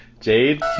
Jade